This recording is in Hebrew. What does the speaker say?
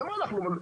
ב-2003.